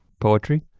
poetry?